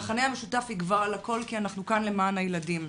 אבל המכנה המשותף יגבר על הכול כי אנחנו כאן למען הילדים.